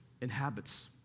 inhabits